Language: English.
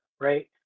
right